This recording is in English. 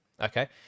Okay